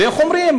ואיך אומרים?